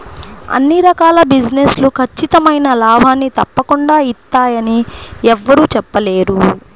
అన్ని రకాల బిజినెస్ లు ఖచ్చితమైన లాభాల్ని తప్పకుండా ఇత్తయ్యని యెవ్వరూ చెప్పలేరు